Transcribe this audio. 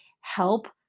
help